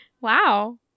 Wow